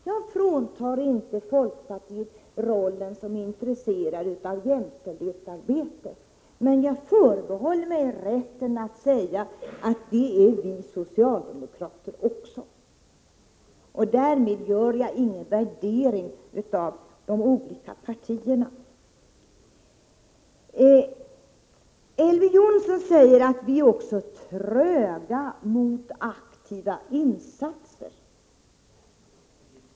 Jag fråntar inte folkpartiet rollen som intresserat av jämställdhetsarbete, men jag förbehåller mig rätten att säga att det är vi socialdemokrater också. Därmed gör jag ingen värdering av de olika partierna. Elver Jonsson säger att vi är tröga vad gäller aktiva insatser.